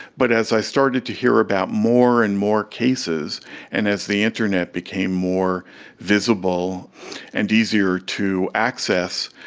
but as i started to hear about more and more cases and as the internet became more visible and easier to access,